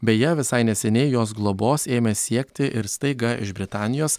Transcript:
beje visai neseniai jos globos ėmė siekti ir staiga iš britanijos